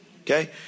Okay